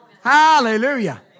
Hallelujah